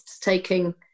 taking